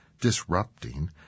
disrupting